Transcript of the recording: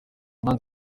band